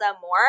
more